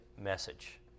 message